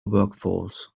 workforce